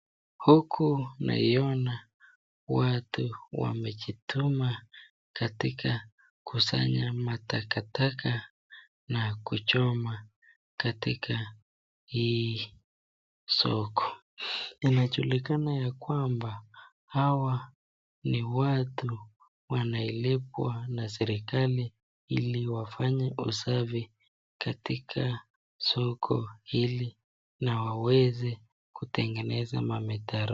Huku nawaona watu wamejituma katika kusanya matakataka na kuchoma katika hii soko. Inajulikana ya kwamba hawa ni watu wanaolipwa na serikali ili wafanye usafi katika soko hili na waweze kutengeneza mitaro.